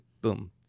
boom